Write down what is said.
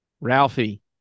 Ralphie